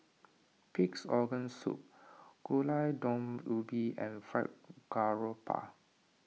Pig's Organ Soup Gulai Daun Ubi and Fried Garoupa